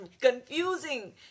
confusing